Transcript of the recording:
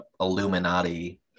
Illuminati